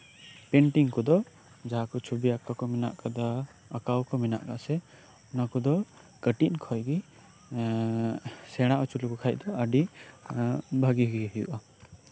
painting ᱠᱚᱫᱚ ᱡᱟᱦᱟᱸ ᱠᱚ ᱪᱷᱚᱵᱤ ᱟᱸᱠᱟᱣ ᱠᱚ ᱢᱮᱱᱟᱜ ᱟᱠᱟᱫᱟ ᱟᱠᱟᱣ ᱠᱚ ᱢᱮᱱᱟᱜ ᱟᱥᱮ ᱚᱱᱟ ᱠᱚᱫᱚ ᱠᱟᱹᱴᱤᱡ ᱠᱷᱚᱡ ᱜᱮ ᱮᱫ ᱥᱮᱬᱟ ᱦᱚᱪᱚ ᱞᱮᱠᱚ ᱠᱷᱟᱱ ᱫᱚ ᱟᱹᱰᱤ ᱵᱷᱟᱹᱜᱮ ᱜᱮ ᱦᱳᱭᱳᱜᱼᱟ